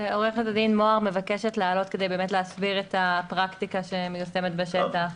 עורכת הדין מוהר מבקשת לעלות כדי להסביר את הפרקטיקה שמיושמת בשטח.